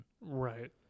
Right